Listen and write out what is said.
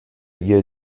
ihr